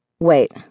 Wait